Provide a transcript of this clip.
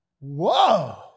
whoa